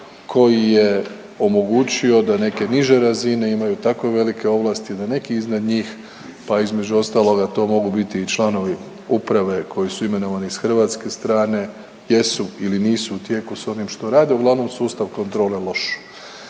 koji je omogućio da neke niže razine imaju tako velike ovlasti da neki iznad njih pa između ostaloga to mogu biti i članovi uprave koji su imenovani iz hrvatske strane jesu ili nisu u tijeku s onim što rade, uglavnom sustav kontrole je loš.